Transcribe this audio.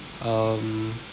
um